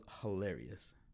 hilarious